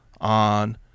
on